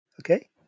Okay